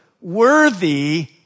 worthy